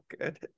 good